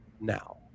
now